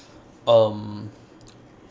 um